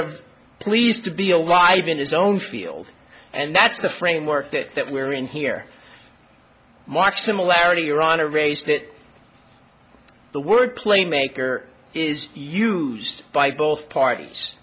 of pleased to be alive in his own field and that's the framework that that we're in here mark similarity you're on a race that the word play maker is used by both parties